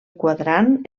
quadrant